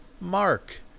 Mark